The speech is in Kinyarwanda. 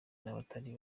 n’abatari